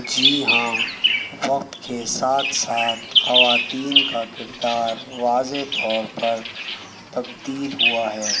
جی ہاں وقت کے ساتھ ساتھ خواتین کا کردار واضح طور پر تبدیل ہوا ہے